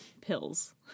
pills